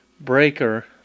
Breaker